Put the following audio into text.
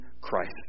Christ